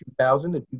2000